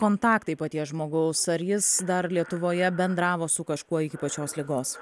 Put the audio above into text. kontaktai paties žmogaus ar jis dar lietuvoje bendravo su kažkuo iki pačios ligos